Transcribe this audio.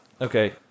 Okay